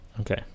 Okay